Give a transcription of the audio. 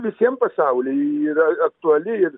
visiem pasauly yra aktuali ir